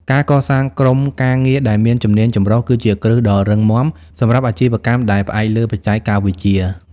ការកសាងក្រុមការងារដែលមានជំនាញចម្រុះគឺជាគ្រឹះដ៏រឹងមាំសម្រាប់អាជីវកម្មដែលផ្អែកលើបច្ចេកវិទ្យា។